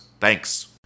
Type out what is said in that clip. Thanks